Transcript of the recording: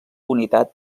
unitat